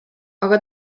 aga